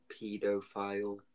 pedophile